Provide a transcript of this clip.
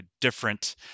different